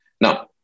Now